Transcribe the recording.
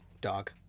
Dog